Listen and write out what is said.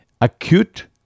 Acute